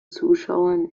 zuschauern